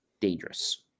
dangerous